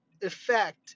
effect